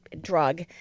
drug